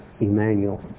Emmanuel